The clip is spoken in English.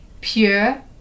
pure